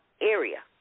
area